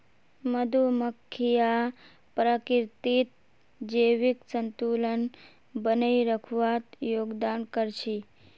मधुमक्खियां प्रकृतित जैविक संतुलन बनइ रखवात योगदान कर छि